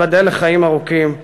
תיבדל לחיים ארוכים,